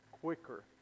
quicker